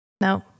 No